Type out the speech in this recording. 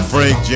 Frank